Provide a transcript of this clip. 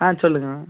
ஆ சொல்லுங்கள்